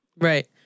Right